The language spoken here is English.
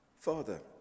Father